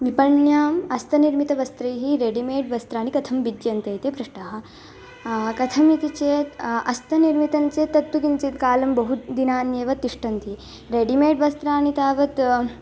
विपण्याम् हस्तनिर्मितवस्त्रैः रेडिमेड् वस्त्राणि कथं भिद्यन्ते इति पृष्टः कथम् इति चेत् हस्तनिर्मितं चेत् तत्तु किञ्चित् कालं बहु दिनान्येव तिष्ठन्ति रेडिमेड् वस्त्राणि तावत्